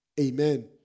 Amen